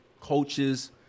coaches